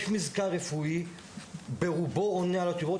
יש מזכר רופאי שברובו עונה על התשובות.